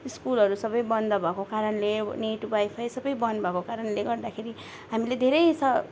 स्कुलहरू सबै बन्द भएको कारणले नेट वाइफाई सबै बन्द भएको कारणले गर्दाखेरि हामीले धेरै स